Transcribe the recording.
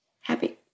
happy